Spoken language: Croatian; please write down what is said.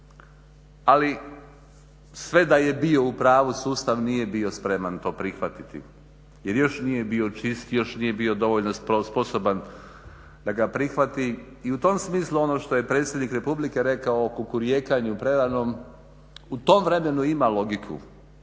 ali sve da je bio u pravu, sustav nije bio spreman to prihvatiti jer još nije bio čist, još nije bio dovoljno sposoban da ga prihvati i u tom smislu ono što je predsjednik Republike rekao o kukurijekanju preranom, u tom vremenu ima logiku,